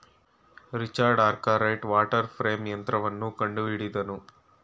Richard Arkwright water frame ಯಂತ್ರವನ್ನು ಕಂಡುಹಿಡಿದನು